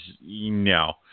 no